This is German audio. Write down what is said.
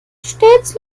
stets